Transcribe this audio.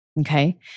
okay